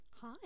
Hi